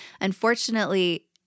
unfortunately